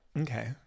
okay